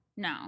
No